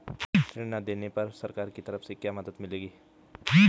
ऋण न दें पाने पर सरकार की तरफ से क्या मदद मिलेगी?